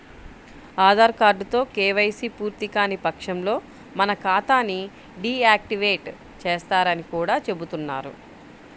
ఆధార్ కార్డుతో కేవైసీ పూర్తికాని పక్షంలో మన ఖాతా ని డీ యాక్టివేట్ చేస్తారని కూడా చెబుతున్నారు